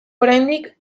oraindik